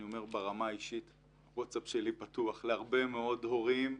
ברמה האישית, הווטסאפ שלי פתוח להרבה מאוד הורים,